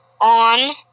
on